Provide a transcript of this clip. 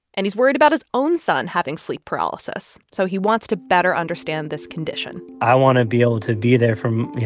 and he's worried about his own son having sleep paralysis. so he wants to better understand this condition i want to be able to be there for, you